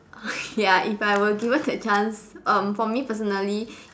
ya if I were given that chance um for me personally